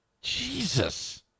Jesus